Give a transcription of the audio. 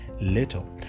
little